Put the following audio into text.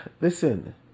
listen